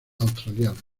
australianas